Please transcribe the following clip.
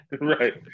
Right